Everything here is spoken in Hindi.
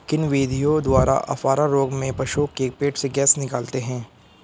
किन विधियों द्वारा अफारा रोग में पशुओं के पेट से गैस निकालते हैं?